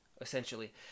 essentially